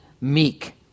meek